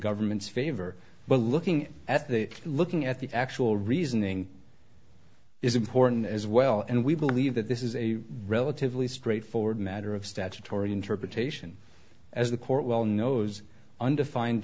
government's favor but looking at the looking at the actual reasoning is important as well and we believe that this is a relatively straightforward matter of statutory interpretation as the court well knows undefined